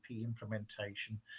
implementation